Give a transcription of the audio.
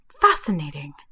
Fascinating